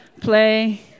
Play